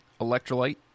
Electrolyte